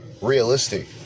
realistic